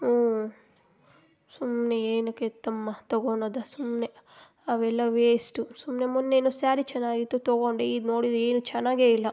ಹ್ಞೂ ಸುಮ್ಮನೆ ಏನಕ್ಕೆ ತಮ್ಮ ತಗೊಂಡೋದ ಸುಮ್ಮನೆ ಅವೆಲ್ಲ ವೇಸ್ಟು ಸುಮ್ಮನೆ ಮೊನ್ನೆ ಏನೋ ಸ್ಯಾರಿ ಚೆನ್ನಾಗಿತ್ತು ತೊಗೊಂಡೆ ಇದು ನೋಡಿದೆ ಏನು ಚೆನ್ನಾಗೇ ಇಲ್ಲ